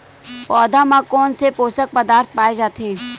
पौधा मा कोन से पोषक पदार्थ पाए जाथे?